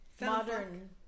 modern